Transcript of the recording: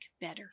better